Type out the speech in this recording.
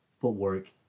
footwork